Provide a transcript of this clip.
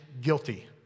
guilty